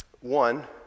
One